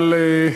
בעל,